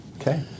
Okay